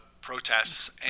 protests